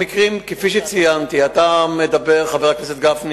המקרים, כפי שציינתי, אתה מדבר, חבר הכנסת גפני,